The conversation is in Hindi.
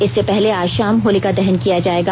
इससे पहले आज शाम होलिका दहन किया जाएगा